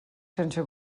sense